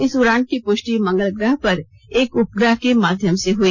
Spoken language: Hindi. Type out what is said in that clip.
इस उड़ान की पुष्टि मंगल ग्रह पर एक उपग्रह के माध्यम से हुई